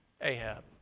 Ahab